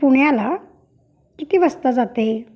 पुण्याला किती वाजता जाते